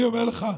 אני אומר לך,